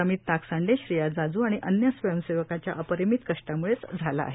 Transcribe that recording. अमित ताकसांडे श्रेया जाजू आणि अन्य स्वयंसेवकांच्या अपरिमित कष्टांम्ळेच झाले आहे